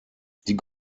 die